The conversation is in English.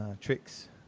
tricks